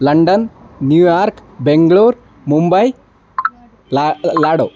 London New York Bengaluru Mumbai ल्या ल्याडो